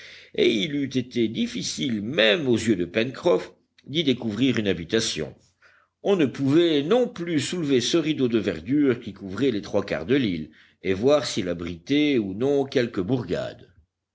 et il eût été difficile même aux yeux de pencroff d'y découvrir une habitation on ne pouvait non plus soulever ce rideau de verdure qui couvrait les trois quarts de l'île et voir s'il abritait ou non quelque bourgade